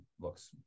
looks